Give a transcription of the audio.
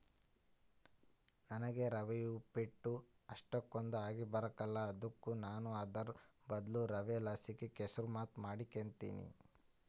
ನನಿಗೆ ರವೆ ಉಪ್ಪಿಟ್ಟು ಅಷ್ಟಕೊಂದ್ ಆಗಿಬರಕಲ್ಲ ಅದುಕ ನಾನು ಅದುರ್ ಬದ್ಲು ರವೆಲಾಸಿ ಕೆಸುರ್ಮಾತ್ ಮಾಡಿಕೆಂಬ್ತೀನಿ